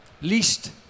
Least